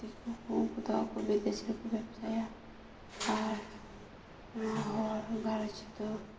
ᱫᱤᱠᱩ ᱠᱚ ᱩᱱᱠᱩ ᱟᱠᱚ ᱵᱤᱫᱮᱥ ᱨᱮᱠᱚ ᱵᱮᱵᱽᱥᱟᱭᱟ ᱟᱨ ᱦᱚᱲ ᱡᱚᱛᱚ